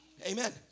Amen